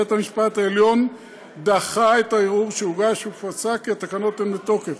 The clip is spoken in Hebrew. בית-המשפט העליון דחה את הערעור שהוגש ופסק כי התקנות הן בתוקף.